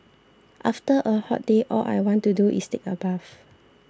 after a hot day all I want to do is take a bath